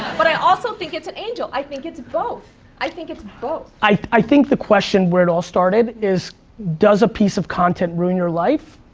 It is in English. but i also think it's an angel, i think it's both. i think it's both. i think the question where it all started is does a piece of content ruin your life?